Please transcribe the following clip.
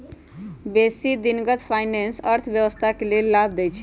बेशी दिनगत फाइनेंस अर्थव्यवस्था के लेल लाभ देइ छै